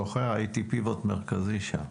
אני זוכר, הייתי גורם מרכזי שם,